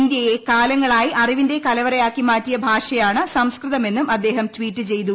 ഇന്ത്യയെ കാലങ്ങളായി അറിവിന്റെ കലവറ ആക്കിമാറ്റിയ ഭാഷയാണ് സംസ്കൃതം എന്നും അദ്ദേഹം ട്വീറ്റ് ചെയ്തു